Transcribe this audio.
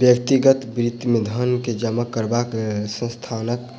व्यक्तिगत वित्त मे धन के जमा करबाक लेल स्थानक